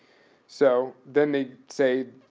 so, then they say,